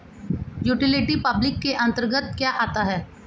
Utility public के अंतर्गत क्या आता है?